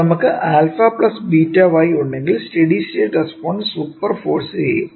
നമുക്ക് α x β y ഉണ്ടെങ്കിൽ steady state response superpose ചെയ്യും